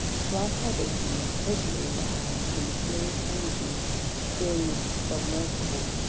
so our salvation lay totally in the hands of the mysterious helmsmen steering this submersible,